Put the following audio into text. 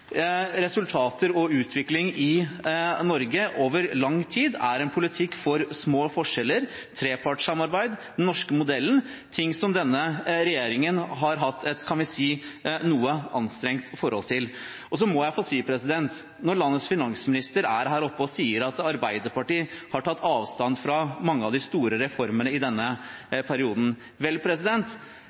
resultater og utvikling i Norge over lang tid, er en politikk for små forskjeller, trepartssamarbeid, den norske modellen – ting denne regjeringen har hatt et, kan vi si, noe anstrengt forhold til. Så må jeg få si, når landets finansminister er her oppe og sier at Arbeiderpartiet har tatt avstand fra mange av de store reformene i denne perioden: Vel,